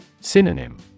Synonym